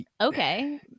Okay